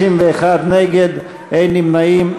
61 נגד, אין נמנעים.